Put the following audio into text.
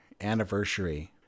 anniversary